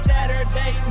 Saturday